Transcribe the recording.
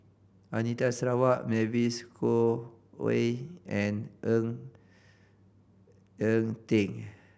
Anita Sarawak Mavis Khoo Oei and Ng Eng Teng